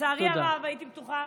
לצערי הרב, הייתי בטוחה